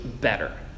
better